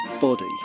body